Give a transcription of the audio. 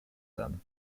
them